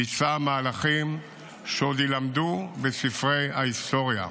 ביצעה מהלכים שעוד יילמדו בספרי ההיסטוריה.